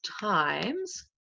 times